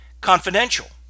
confidential